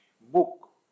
Book